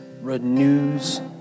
renews